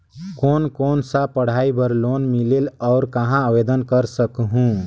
कोन कोन सा पढ़ाई बर लोन मिलेल और कहाँ आवेदन कर सकहुं?